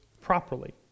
properly